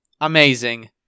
amazing